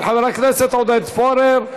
של חברי הכנסת עודד פורר,